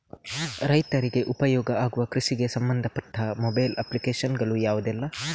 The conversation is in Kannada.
ರೈತರಿಗೆ ಉಪಯೋಗ ಆಗುವ ಕೃಷಿಗೆ ಸಂಬಂಧಪಟ್ಟ ಮೊಬೈಲ್ ಅಪ್ಲಿಕೇಶನ್ ಗಳು ಯಾವುದೆಲ್ಲ?